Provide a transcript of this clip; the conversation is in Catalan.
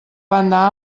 banda